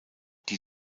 die